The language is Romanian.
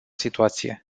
situație